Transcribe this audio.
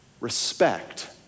respect